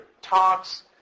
talks